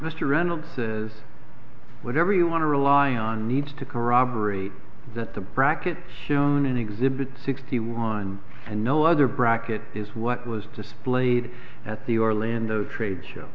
mr reynolds whatever you want to rely on need to corroborate that the bracket shown in exhibit sixty one and no other bracket is what was displayed at the orlando trade show